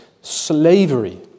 Slavery